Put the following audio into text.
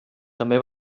també